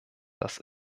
das